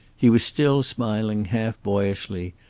he was still smiling, half boyishly,